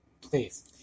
please